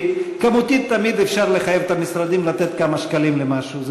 כי כמותית תמיד אפשר לחייב את המשרדים לתת כמה שקלים למשהו.